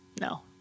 No